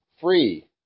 free